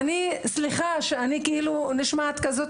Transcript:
סליחה שאני נשמעת כזאת.